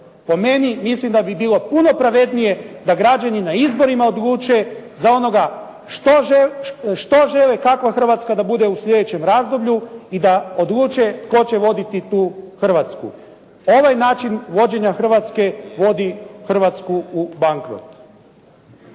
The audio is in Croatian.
Po meni mislim da bi bilo puno pravednije da građani na izborima odlučuju za ono što žele, kakva Hrvatska da bude u sljedećem razdoblju i da odluče tko će voditi tu Hrvatsku. Ovaj način vođenja Hrvatske, vodi Hrvatsku u bankrot.